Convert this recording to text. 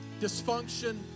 dysfunction